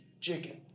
chicken